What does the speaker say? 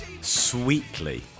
sweetly